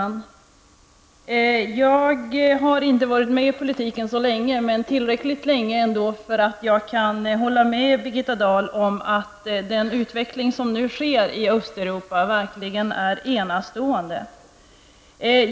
Fru talman! Jag har inte varit med i politiken så länge, men tillräckligt för att jag skall kunna hålla med Birgitta Dahl om att den utveckling som nu sker i Östeuropa verkligen är enastående.